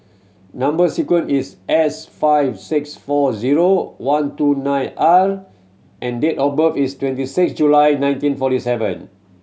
number sequence is S five six four zero one two nine R and date of birth is twenty six July nineteen forty seven